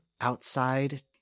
outside